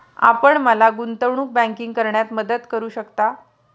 आपण मला गुंतवणूक बँकिंग करण्यात मदत करू शकता?